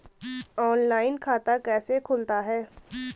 Online खाता कैसे खुलता है?